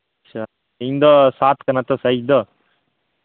ᱟᱪᱪᱷᱟ ᱤᱧ ᱫᱚ ᱥᱟᱛ ᱠᱟᱱᱟ ᱛᱚ ᱥᱟᱭᱤᱡ ᱫᱚ